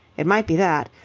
it might be that.